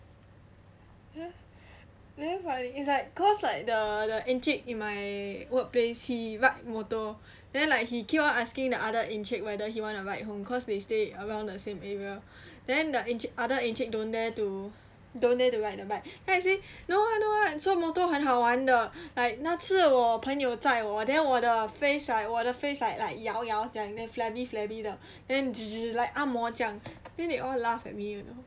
damn funny it's like cause like the uh the encik in my workplace he ride motor then like he keep on asking the other encik whether he wanna ride home cause they stay around the same area then the other encik don't dare to don't dare to ride the bike then I say no lah no lah 坐 motor 很好玩的 like 那次我朋友载我 then 我的 face like 我的 face like 摇摇这样 then flabby flabby 的 then like 按摩这样 then they all laugh at me